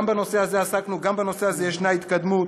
גם בנושא הזה עסקנו וגם בנושא הזה ישנה התקדמות.